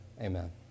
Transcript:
Amen